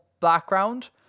background